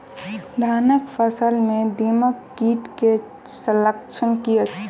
धानक फसल मे दीमक कीट केँ लक्षण की अछि?